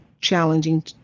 Challenging